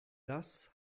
das